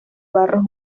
barros